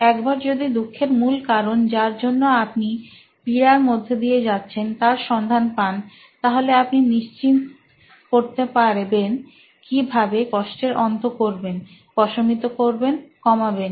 একবার যদি দুঃখের মূল কারণ যার জন্য আপনি পীড়ার মধ্য দিয়ে যাচ্ছেন তার সন্ধান পানতাহলে আপনি নিশ্চিত করতে পারবেন কি ভাবে কষ্টের অন্ত করবেন প্রশমিত করবেন কমাবেন